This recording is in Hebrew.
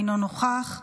אינו נוכח,